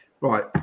right